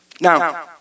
Now